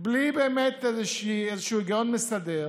בלי באמת איזה היגיון מסדר,